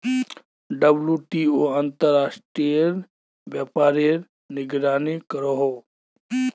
WTO अंतर्राश्त्रिये व्यापारेर निगरानी करोहो